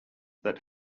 that